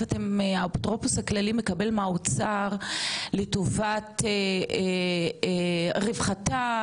האפוטרופוס הכללי מקבל מהאוצר לטובת רווחתם,